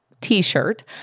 T-shirt